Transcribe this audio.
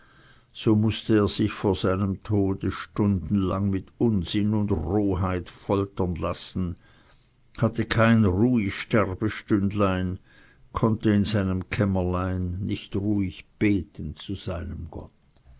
so mußte er sich vor seinem tode stundenlang mit unsinn und rohheit foltern lassen hatte kein ruhig sterbestündlein konnte in seinem kämmerlein nicht ruhig beten zu seinem gott